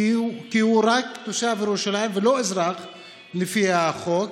כי הוא רק תושב ירושלים ולא אזרח לפי החוק,